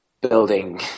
building